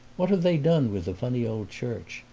what have they done with the funny old church?